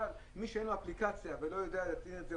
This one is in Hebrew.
מי שאין לו אפליקציה ולא יודע להטעין את זה